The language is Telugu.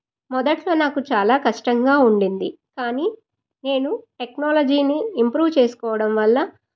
మొదట్లోనాకు చాలా కష్టంగా ఉన్నింది కానీ నేను టెక్నాలజీని ఇంప్రూవ్ చేసుకోవడం వల్ల